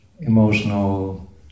emotional